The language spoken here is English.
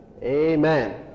amen